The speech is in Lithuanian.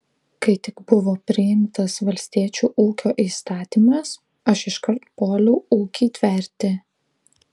kai tik buvo priimtas valstiečių ūkio įstatymas aš iškart puoliau ūkį tverti